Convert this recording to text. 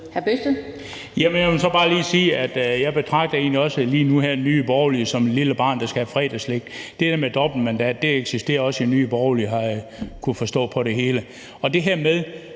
egentlig også lige nu og her betragter Nye Borgerlige som et lille barn, der skal have fredagsslik. Det der med dobbeltmandater eksisterer også i Nye Borgerlige, har jeg kunnet forstå på det hele. Til det her med,